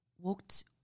walked